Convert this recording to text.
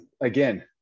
Again